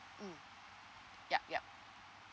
mm yup yup